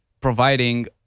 providing